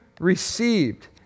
received